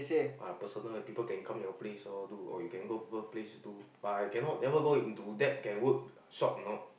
ah personal people can come your place want do but I cannot never go into that can work shop or not